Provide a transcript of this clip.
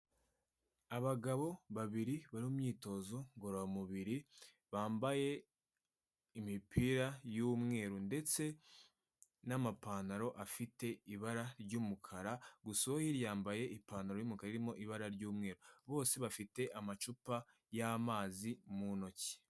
Abagabo babiri bari mu myitozo ngororamubiri bambaye imipira y'umweru ndetse n'amapantaro afite ibara ry'umukara, gusa uwo hirya yambaye ipantaro y’umukara irimo ibara ry'umweru. Bose bafite amacupa y'amazi mu ntoki.